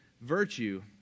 virtue